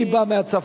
אני בא מהצפון,